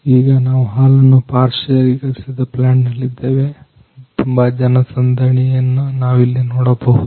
ಈಗ ನಾವು ಹಾಲನ್ನ ಪಾಶ್ಚರೀಕರಿಸಿದ ಪ್ಲಾಂಟ್ ನಲ್ಲಿ ಇದ್ದೇವೆ ತುಂಬಾ ಜನಸಂದಣಿಯನ್ನು ನಾವಿಲ್ಲಿ ನೋಡಬಹುದು